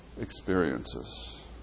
experiences